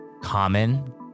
common